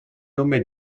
nome